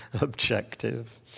objective